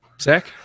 zach